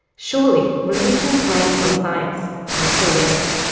surely religion's reins on science will soon end?